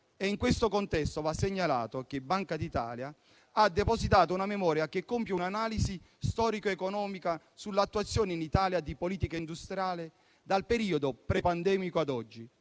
In questo contesto, va segnalato che Banca d'Italia ha depositato una memoria che compie un'analisi storico economica sull'attuazione in Italia di politica industriale dal periodo prepandemico ad oggi,